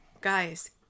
guys